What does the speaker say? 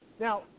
Now